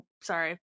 sorry